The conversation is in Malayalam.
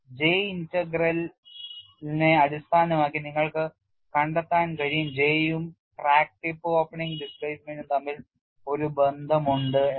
J ഇന്റഗ്രലിനെ അടിസ്ഥാനമാക്കി നിങ്ങൾക്ക് കണ്ടെത്താൻ കഴിയും J യും ക്രാക്ക് ടിപ്പ് ഓപ്പണിംഗ് ഡിസ്പ്ലേസ്മെന്റും തമ്മിൽ ഒരു ബന്ധമുണ്ട് എന്ന്